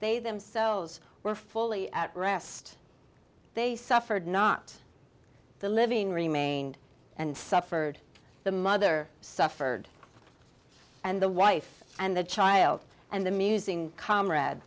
they themselves were fully at rest they suffered not the living remained and suffered the mother suffered and the wife and the child and the musing comrade